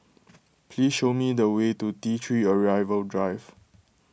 please show me the way to T three Arrival Drive